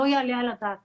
לא יעלה על הדעת.